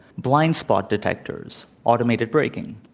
blind spot detectors, automated braking.